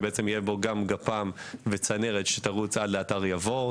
שיהיה בו גפ"מ וגם צנרת שתרוץ עד לאתר יבור.